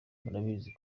murabizi